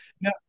now